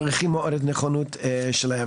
מעריכים מאוד את הנכונות שלהם.